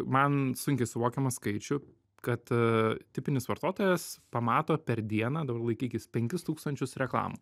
man sunkiai suvokiama skaičių kad a tipinis vartotojas pamato per dieną dabar laikykis penkis tūkstančius reklamų